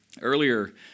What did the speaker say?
earlier